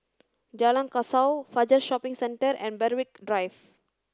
Jalan Kasau Fajar Shopping Centre and Berwick Drive